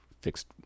Fixed